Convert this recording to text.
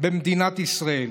במדינת ישראל.